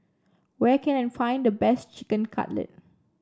where can I find the best Chicken Cutlet